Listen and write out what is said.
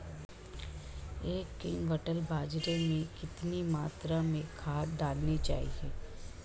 एक क्विंटल बाजरे में कितनी मात्रा में खाद डालनी चाहिए?